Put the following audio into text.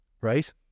Right